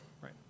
right